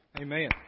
Amen